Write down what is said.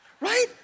Right